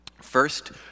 First